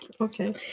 Okay